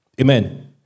Amen